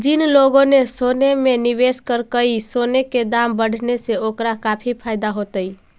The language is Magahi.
जिन लोगों ने सोने में निवेश करकई, सोने के दाम बढ़ने से ओकरा काफी फायदा होतई